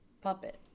puppet